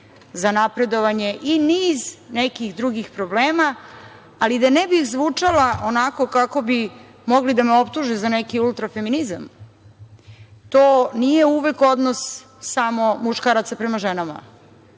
za napredovanje i niz nekih drugih problema, ali da ne bih zvučala onako kako bi mogli da me optuže na neki ultra feminizam, to nije uvek odnos samo muškaraca prema ženama,